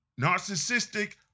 narcissistic